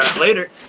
Later